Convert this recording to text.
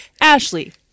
Ashley